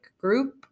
group